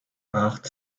art